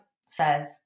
says